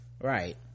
Right